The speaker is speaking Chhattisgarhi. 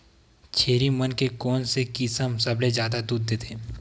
छेरी मन के कोन से किसम सबले जादा दूध देथे?